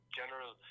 general